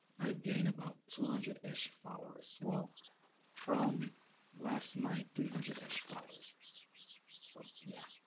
i've gained about two hundred ish followers. well from last night three hundred ish followers so yeah